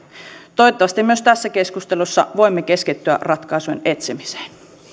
toivottavasti myös tässä keskustelussa voimme keskittyä ratkaisujen etsimiseen